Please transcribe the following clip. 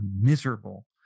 miserable